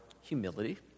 humility